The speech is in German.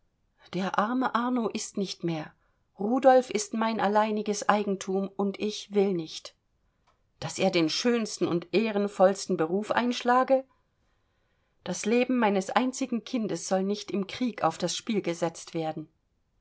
der arme arno ist nicht mehr rudolf ist mein alleiniges eigentum und ich will nicht daß er den schönsten und ehrenvollsten beruf einschlage das leben meines einzigen kindes soll nicht im kriege auf das spiel gesetzt werden